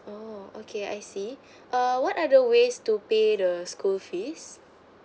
oo okay I see err what are the ways to pay the school fees